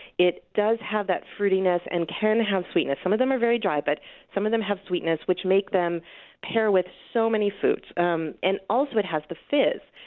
it does have that fruitiness and can have sweetness. some of them are very dry, but some of them have sweetness, which makes them pair with so many foods um and also, it has the fizz.